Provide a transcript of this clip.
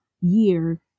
year